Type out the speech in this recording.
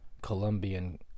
Colombian